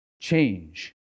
change